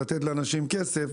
לתת לאנשים כסף,